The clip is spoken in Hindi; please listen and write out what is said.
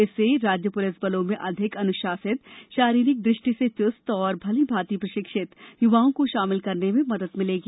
इससे राज्य पुलिस बलों में अधिक अनुशासित शारीरिक दृष्टि से चुस्त और भलीभांति प्रशिक्षित युवाओं को शामिल करने में मदद मिलेगी